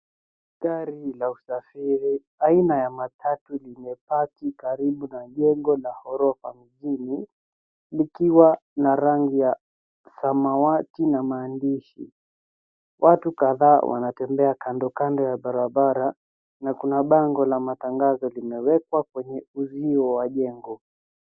Gari la usafiri aina ya matatu limepaki karibu na jengo la ghorofa mjini likiwa na rangi ya samawati na maandishi, watu kadhaa wanatembea kando ya barabara na kuna bango la matangazo limewekwa kwenye uzio wa jengo.